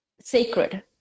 sacred